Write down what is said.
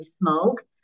smoke